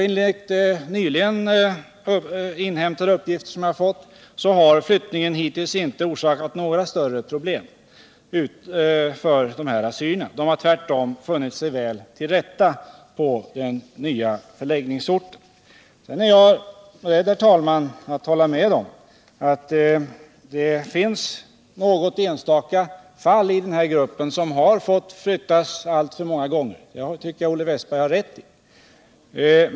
Enligt nyligen inhämtade uppgifter har flyttningen inte orsakat några större problem för dessa assyrier. De har tvärtom funnit sig väl till rätta på den nya förläggningsorten. Sedan är jag, herr talman, beredd att hålla med om att det finns något enstaka fall i denna grupp som har fått flyttas alltför många gånger. Det har Olle Wästberg rätt i.